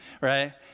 right